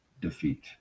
defeat